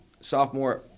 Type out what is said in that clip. sophomore